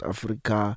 Africa